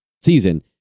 season